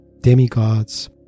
demigods